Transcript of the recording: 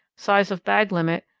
size of bag limit,